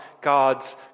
God's